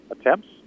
attempts